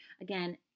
Again